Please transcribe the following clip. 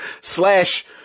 slash